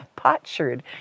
Potsherd